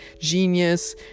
Genius